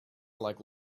like